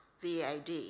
VAD